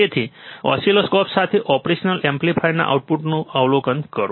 તેથી ઓસિલોસ્કોપ સાથે ઓપરેશનલ એમ્પ્લીફાયરના આઉટપુટનું અવલોકન કરો